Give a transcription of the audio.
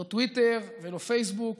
לא טוויטר ולא פייסבוק.